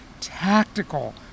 tactical